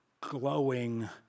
glowing